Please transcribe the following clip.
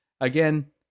again